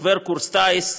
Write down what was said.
ועובר קורס טיס.